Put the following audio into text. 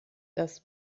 das